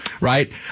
Right